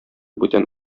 бүтән